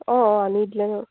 অঁ অঁ আনি দিলোঁ